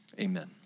amen